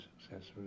successful